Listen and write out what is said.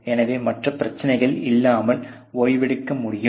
எனவே மற்ற பிரச்சனைகள் இல்லாமல் ஓய்வெடுக்க முடியும்